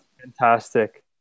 fantastic